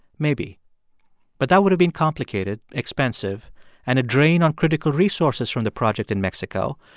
maybe but that would have been complicated, expensive and a drain on critical resources from the project in mexico,